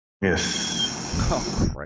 Yes